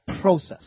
process